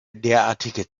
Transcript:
derartige